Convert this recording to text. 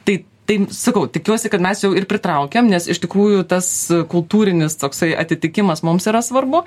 tai tai sakau tikiuosi kad mes jau ir pritraukiam nes iš tikrųjų tas kultūrinis toksai atitikimas mums yra svarbu